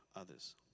others